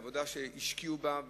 עבודה שהשקיעו בה,